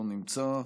לא נמצא,